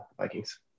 Vikings